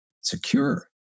secure